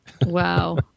Wow